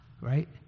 right